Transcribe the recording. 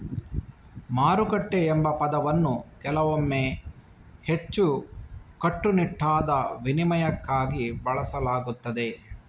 ಮಾರುಕಟ್ಟೆ ಎಂಬ ಪದವನ್ನು ಕೆಲವೊಮ್ಮೆ ಹೆಚ್ಚು ಕಟ್ಟುನಿಟ್ಟಾದ ವಿನಿಮಯಕ್ಕಾಗಿ ಬಳಸಲಾಗುತ್ತದೆ